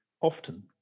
often